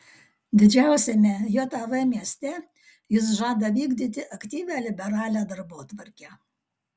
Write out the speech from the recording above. didžiausiame jav mieste jis žada vykdyti aktyvią liberalią darbotvarkę